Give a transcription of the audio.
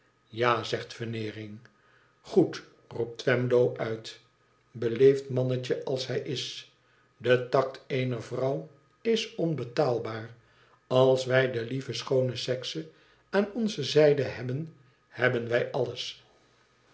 ja zegt veneermg goedl roept twemlow uit beleefd mannetje als hij is i de tact eener vrouw is onbetaalbaar i als wij de lieve schoone sekse aan onze zijde hebben hebben wij alles